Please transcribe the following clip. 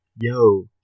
yo